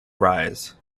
rise